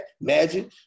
Magic